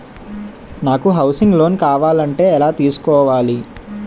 నాకు housing loan కావాలంటే ఎలా తీసుకోవాలి?